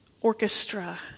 orchestra